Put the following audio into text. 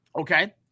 Okay